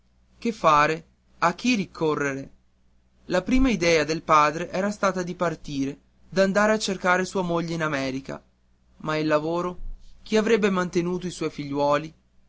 che fare a chi ricorrere la prima idea del padre era stata di partire d'andare a cercare sua moglie in america ma e il lavoro chi avrebbe mantenuto i suoi figliuoli